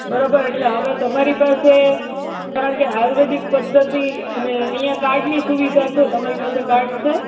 બરોબર એટલે હવે તમારી પાસે કારણકે આયુર્વેદિક પધ્ધતિ અને અહીં કાર્ડની સુવિધા છે તમારી પાસે કાર્ડ છે